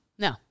No